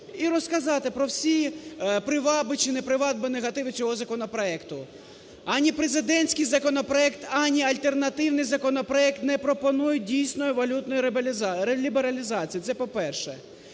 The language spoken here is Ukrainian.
і розказати про всі приваби чи неприваби, негативи цього законопроекту. Ані президентський законопроект, ані альтернативний законопроект не пропонують дійсної валютної лібералізації, це по-перше.